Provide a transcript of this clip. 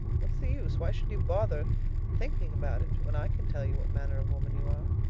what's the use? why should you bother thinking about it when i can tell you what manner of woman you are.